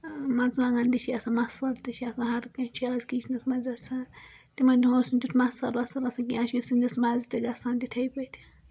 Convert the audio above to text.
مرژٕوانگن تہِ چھُ آسان مَثال تہِ چھُ آسان ہر کیٚنٛہہ چھُ آز کِچنس منٛز آسان تِمن دۄہن اوس نہِ تیُتھ مَثال وَثال آسان کیٚنٛہہ آز چھُ سِنس مَزٕ تہِ گژھان تتھے پٲٹھۍ